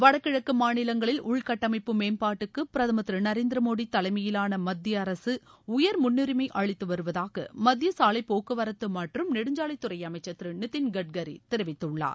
வடகிழக்கு மாநிலங்களில் உள்கட்டமைப்பு மேம்பாட்டுக்கு பிரதம் திரு நநரேந்திர மோடி தலைமையிலாள மத்திய அரசு உயர் முன்னுரிஸ் அளித்து வருவதாக மத்திய சாலைபோக்குவரத்து மற்றம் நெடுஞ்சாலைத்துறை அமைச்சா் திரு நிதின்கட்கரி தெரிவித்துள்ளார்